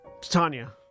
Tanya